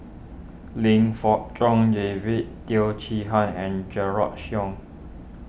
Lim Fong John David Teo Chee Hean and Yong